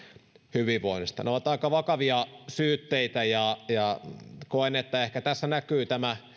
hyvinvoinnista ne ovat aika vakavia syytteitä ja ja koen että ehkä tässä näkyy